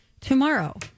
tomorrow